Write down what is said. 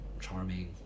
charming